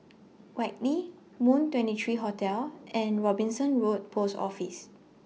Whitley Moon twenty three Hotel and Robinson Road Post Office